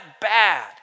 bad